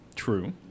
True